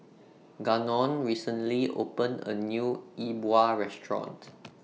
Gannon recently opened A New Yi Bua Restaurant